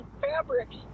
fabrics